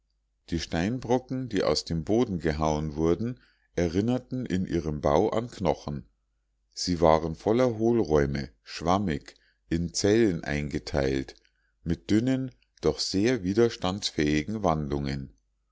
die steinbrocken die aus dem boden gehauen wurden erinnerten in ihrem bau an knochen sie waren voller hohlräume schwammig in zellen eingeteilt mit dünnen doch sehr widerstandsfähigen wandungen